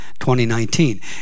2019